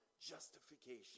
justification